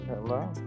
Hello